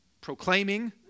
proclaiming